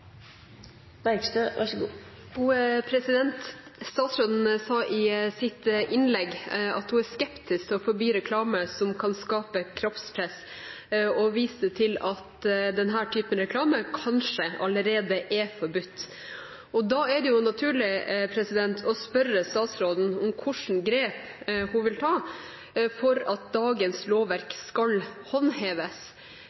blir fulgt. Så lenge vi har et lovverk for dette, skal det følges. Statsråden sa i sitt innlegg at hun er skeptisk til å forby reklame som kan skape kroppspress, og viste til at denne typen reklame kanskje allerede er forbudt. Da er det naturlig å spørre statsråden om hvilke grep hun vil ta for at dagens